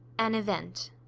an event.